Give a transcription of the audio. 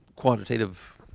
quantitative